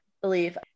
believe